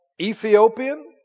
Ethiopian